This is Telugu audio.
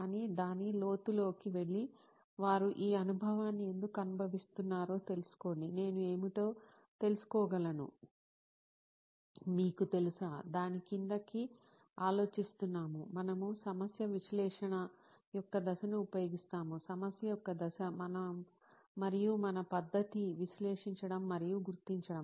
కానీ దాని లోతులోకి వెళ్లి వారు ఈ అనుభవాన్ని ఎందుకు అనుభవిస్తున్నారో తెలుసుకోండి నేను ఏమిటో తెలుసుకోగలను మీకు తెలుసా దాని కిందకి ఆలోచిస్తున్నాము మనము సమస్య విశ్లేషణ యొక్క దశను ఉపయోగిస్తాము సమస్య యొక్క దశ మనం మరియు మన పద్ధతి విశ్లేషించడం మరియు గుర్తించడం